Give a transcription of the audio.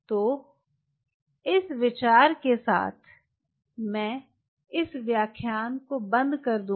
तो इस विचार के साथ मैं इस व्याख्यान को बंद कर दूंगा